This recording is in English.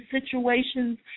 situations